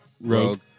Rogue